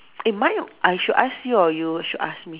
eh mine I should I ask you or you should ask me